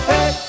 Hey